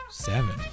Seven